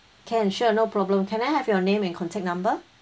can sure no problem can I have your name and contact number